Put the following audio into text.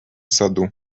саду